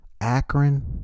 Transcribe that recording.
Akron